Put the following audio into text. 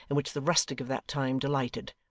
in which the rustic of that time delighted.